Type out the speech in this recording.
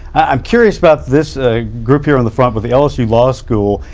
i'm curious about this ah group here on the front. but the lsu law school.